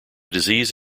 disease